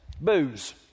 booze